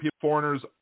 foreigners